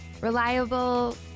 reliable